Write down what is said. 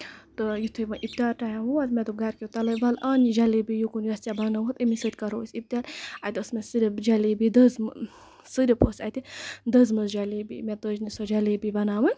تہٕ یِتھُے وۄنۍ اِفتیار ٹایم ووت مےٚ دوٚپ گرٕکٮ۪و تَلے وَل اَن یہِ جلیبی یِکُن یۄس ژےٚ بَناؤتھ اَمہِ سۭتۍ کرو أسۍ اِفتِیار اَتہِ ٲس مےٚ صِرف جلیبی دٔزمٕژ صِرف ٲس اَتہِ دٔزمٕژ جلیبی مےٚ تٔج نہٕ سۄ جلیبی بَناون